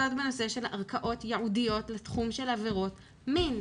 שעוסקות בנושא של ערכאות ייעודיות לתחום של עבירות מין.